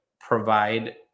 provide